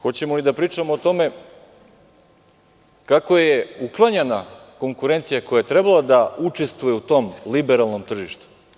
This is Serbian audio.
Hoćemo li da pričamo o tome kako je uklonjena konkurencija koja je trebalo da učestvuje u tom liberalnom tržištu?